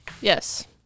Yes